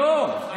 לא.